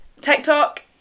TikTok